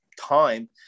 time